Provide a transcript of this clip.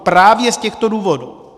Právě z těchto důvodů.